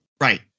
Right